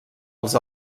els